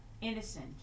innocent